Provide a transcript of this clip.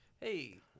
hey